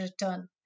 return